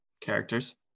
characters